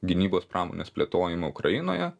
gynybos pramonės plėtojimą ukrainoje